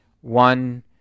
one